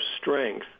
strength